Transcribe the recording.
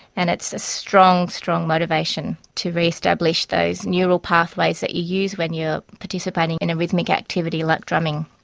and it's a strong, strong motivation to re-establish those neural pathways that you use when you are participating in a rhythmic activity like drumming.